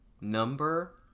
Number